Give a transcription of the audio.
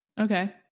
Okay